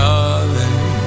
Darling